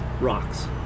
rocks